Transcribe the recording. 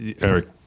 Eric